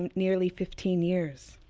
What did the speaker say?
nearly fifteen years.